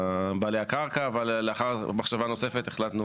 בעלי הקרקע, אבל לאחר מחשבה נוספת החלטנו